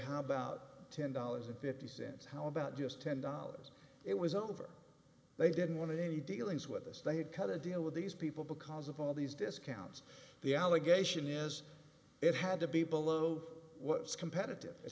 how about ten dollars and fifty cents how about just ten dollars it was over they didn't want to do any dealings with us they had cut a deal with these people because of all these discounts the allegation is it had to be below what was competitive it